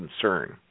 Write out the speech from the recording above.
concern